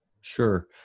Sure